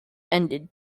ended